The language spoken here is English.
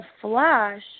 flash